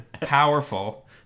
Powerful